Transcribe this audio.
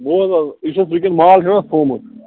بوز حظ یُس اَسہِ ژےٚ کیُت مال چھُنہٕ تھوٚومُت